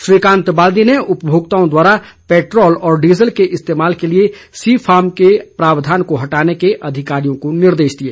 श्रीकांत बाल्दी ने उपभोक्ताओं द्वारा पैट्रोल व डीजल के इस्तेमाल के लिए सी फार्म के प्रावधान को हटाने के अधिकारियों को निर्देश दिए